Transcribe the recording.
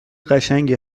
قشنگی